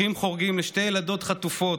אחים חורגים לשתי ילדות חטופות,